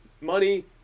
money